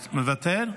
מוותר.